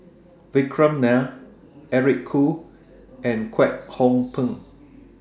Vikram Nair Eric Khoo and Kwek Hong Png